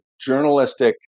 journalistic